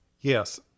Yes